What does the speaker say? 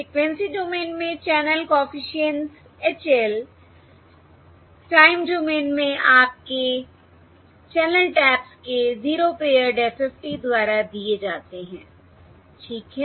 frequency domain में channel coefficients H l time domain में आपके चैनल टैप्स के 0 पेअर्ड FFT द्वारा दिए जाते हैं ठीक है